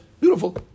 Beautiful